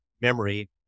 memory